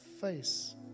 face